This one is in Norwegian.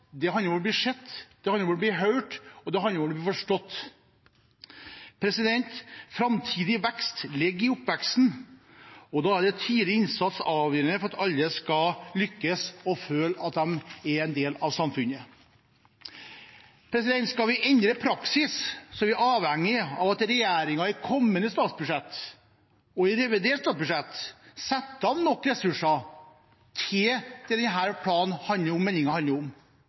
forstått. Framtidig vekst ligger i oppveksten, og da er tidlig innsats avgjørende for at alle skal lykkes og føle at de er en del av samfunnet. Skal vi endre praksis, er vi avhengig av at regjeringen i kommende statsbudsjett og i revidert statsbudsjett setter av nok ressurser til det denne meldingen handler om